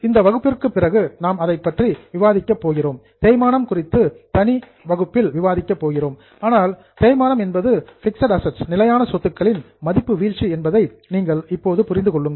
இந்த வகுப்பிற்கு பிறகு நாம் அதைப் பற்றி விவாதிக்கப் போகிறோம் தேய்மானம் குறித்து தனியாக வகுப்பில் விவாதிக்கப் போகிறோம் ஆனால் தேய்மானம் என்பது பிக்ஸட் அசட்ஸ் நிலையான சொத்துக்களின் மதிப்பு வீழ்ச்சி என்பதை நீங்கள் இப்போது புரிந்து கொள்ளுங்கள்